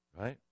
Right